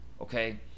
okay